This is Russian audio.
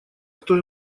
кто